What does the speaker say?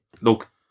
look